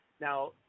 Now